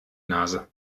nase